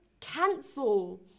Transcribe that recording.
cancel